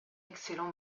excellent